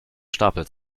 stapel